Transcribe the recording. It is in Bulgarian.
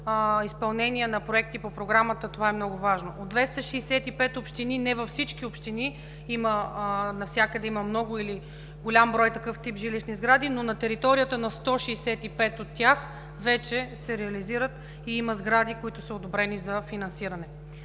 изпълнение на проекти по Програмата. Това е много важно. От 265 общини – не във всички общини и не навсякъде има много или голям брой такъв тип жилищни сгради, но на територията на 165 от тях вече се реализират и има сгради, които са одобрени за финансиране.